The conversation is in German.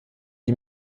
die